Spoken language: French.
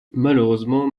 malheureusement